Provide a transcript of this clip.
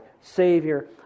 Savior